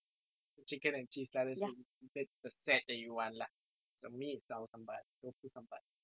chicken and cheese lah that's s~ that's the set you want lah for me it's tau sambal tofu sambal